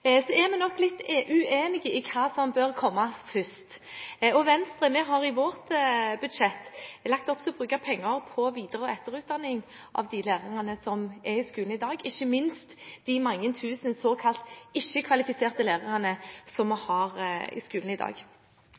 Så er vi nok litt uenig i hva som bør komme først, og vi i Venstre har i vårt budsjett lagt opp til å bruke penger på videre- og etterutdanning av de lærerne som er i skolen i dag, ikke minst de mange tusen såkalt ikke-kvalifiserte lærerne.